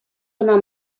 кӑна